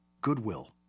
Goodwill